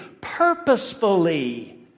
purposefully